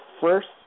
first